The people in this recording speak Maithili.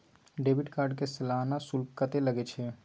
डेबिट कार्ड के सालाना शुल्क कत्ते लगे छै?